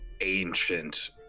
ancient